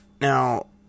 Now